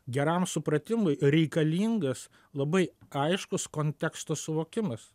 geram supratimui reikalingas labai aiškus konteksto suvokimas